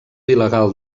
il·legal